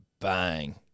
Bang